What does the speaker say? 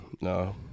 No